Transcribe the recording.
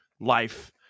life